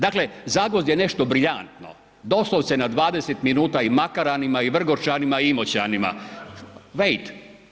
Dakle, Zagvozd je nešto brilijantno, doslovce na 20 minuta i Makaranima i Vrgorčanima i Imoćanima … [[Upadica iz klupe se ne razumije]] vejt.